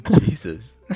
Jesus